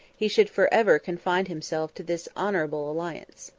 he should forever confine himself to this honorable alliance.